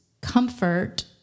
comfort